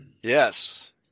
Yes